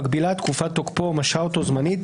מגבילה את תקופת תוקפו או משהה אותו זמנית,